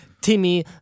Timmy